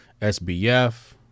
SBF